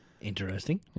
Interesting